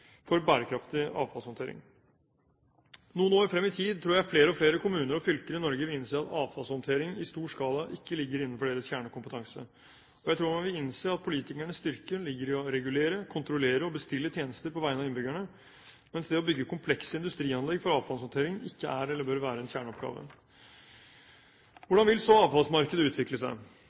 avfallshåndtering. Noen år frem i tid tror jeg flere og flere kommuner og fylker i Norge vil innse at avfallshåndtering i stor skala ikke ligger innenfor deres kjernekompetanse, og jeg tror vi må innse at politikernes styrke ligger i å regulere, kontrollere og bestille tjenester på vegne av innbyggerne, mens det å bygge komplekse industrianlegg for avfallshåndtering ikke er eller bør være en kjerneoppgave. Hvordan vil så avfallsmarkedet utvikle seg?